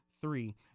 three